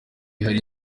hari